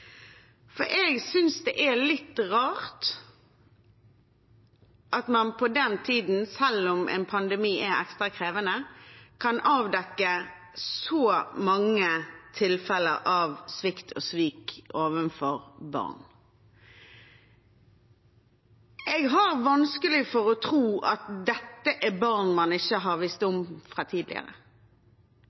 for jeg synes det er litt rart at man på den tiden, selv om en pandemi er ekstra krevende, kan avdekke så mange tilfeller av svikt og svik overfor barn. Jeg har vanskelig for å tro at dette er barn man ikke har visst om fra tidligere.